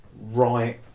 right